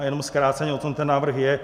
Jenom zkráceně, o čem ten návrh je.